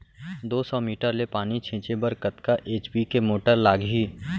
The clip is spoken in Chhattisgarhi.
दो सौ मीटर ले पानी छिंचे बर कतका एच.पी के मोटर लागही?